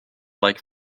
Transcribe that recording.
like